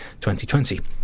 2020